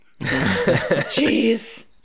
Jeez